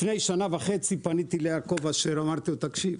לפני שנה וחצי פניתי ליעקב אשר ואמרתי שיש